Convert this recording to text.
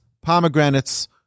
pomegranates